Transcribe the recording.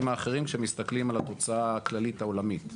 האחרים שמסתכלים על התוצאה הכללית העולמית.